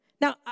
Now